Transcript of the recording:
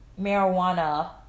marijuana